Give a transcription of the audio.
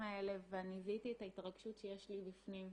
האלה וזיהיתי את ההתרגשות שיש לי בפנים,